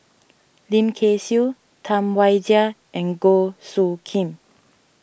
Lim Kay Siu Tam Wai Jia and Goh Soo Khim